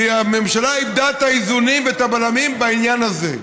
כי הממשלה איבדה את האיזונים ואת הבלמים בעניין הזה.